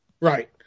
Right